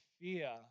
fear